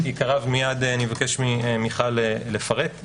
את עיקריו מייד נבקש ממיכל לפרט.